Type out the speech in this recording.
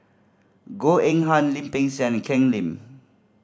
Goh Eng Han Lim Peng Siang and Ken Lim